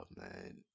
man